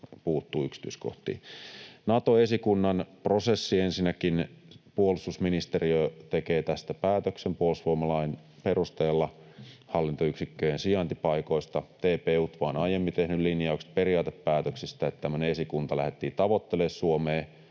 puuttua yksityiskohtiin. Nato-esikunnan prosessi — ensinnäkin puolustusministeriö tekee tästä päätöksen puolustusvoimalain perusteella hallintoyksikköjen sijaintipaikoista. TP-UTVA on aiemmin tehnyt linjaukset periaatepäätöksistä, että tämmöistä esikuntaa lähdettiin tavoittelemaan Suomeen